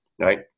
right